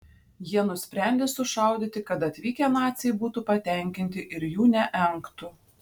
jie nusprendė sušaudyti kad atvykę naciai būtų patenkinti ir jų neengtų